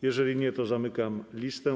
Jeżeli nie, to zamykam listę.